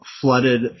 Flooded